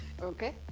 Okay